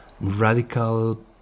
radical